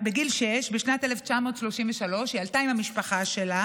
בגיל שש בשנת 1933. היא עלתה עם המשפחה שלה